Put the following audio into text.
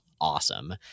awesome